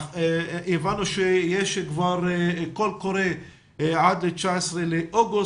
הבנו שיש כבר קול קורא עד 19 באוגוסט,